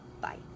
Bye